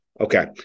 Okay